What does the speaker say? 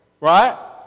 Right